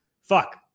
fuck